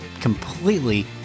completely